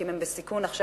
כי אם הם בסיכון עכשיו,